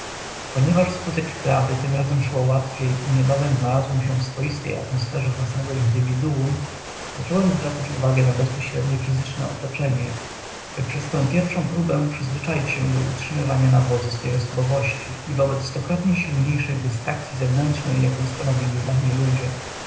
ponieważ wskutek wprawy tym razem szło łatwiej i niebawem znalazłem się w swoistej atmosferze własnego indywiduum zacząłem zwracać uwagę na bezpośrednie fizyczne otoczenie by przez tę pierwszą próbę przyzwyczaić się do utrzymywania na wodzy swej osobowości i wobec stokroć silniejszej dystrakcyi zewnętrznej jaką stanowili dla mnie ludzie